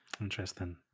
Interesting